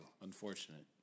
unfortunate